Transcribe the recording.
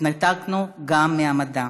התנתקנו גם מהמדע.